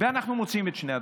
ואנחנו מוצאים את שני הדברים,